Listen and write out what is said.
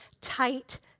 tight